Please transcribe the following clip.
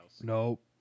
Nope